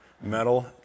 Metal